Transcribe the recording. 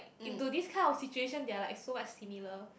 into this kind of situation they are like so much similar